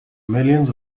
millions